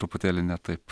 truputėlį ne taip